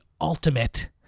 ultimate